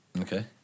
Okay